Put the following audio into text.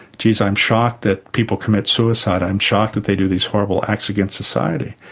geez, i'm shocked that people commit suicide, i'm shocked that they do these horrible acts against society.